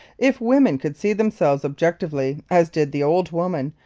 if woman could see themselves objectively, as did the old woman,